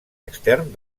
extern